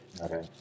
Okay